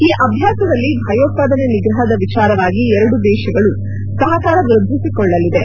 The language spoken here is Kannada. ಈ ಅಭ್ಯಾಸದಲ್ಲಿ ಭಯೋತ್ವಾದನೆ ನಿಗ್ರಹದ ವಿಚಾರವಾಗಿ ಎರಡು ದೇಶಗಳು ಸಹಕಾರ ವೃದ್ದಿಸಿಕೊಳ್ಳಲಿದೆ